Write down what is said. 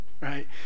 right